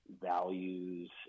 values